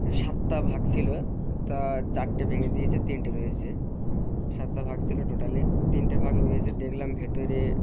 সাতটা ভাগ ছিলো তা চারটে ভেঙে দিয়েছে তিনটে রয়েছে সাতটা ভাগ ছিলো টোটালে তিনটে ভাগ রয়েছে দেখলাম ভেতরে